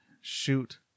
shoot